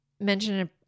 mentioned